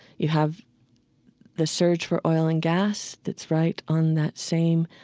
you have the surge for oil and gas that's right on that same